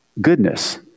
goodness